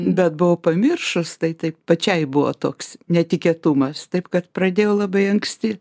bet buvau pamiršus tai taip pačiai buvo toks netikėtumas taip kad pradėjau labai anksti